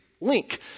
link